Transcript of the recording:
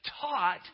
taught